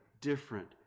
different